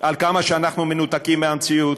על כמה שאנחנו מנותקים מהמציאות,